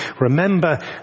remember